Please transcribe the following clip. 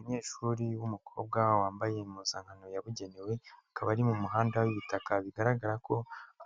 Umunyeshuri w'umukobwa wambaye impuzankano yabugenewe, akaba ari mu muhanda w'ibitaka bigaragara ko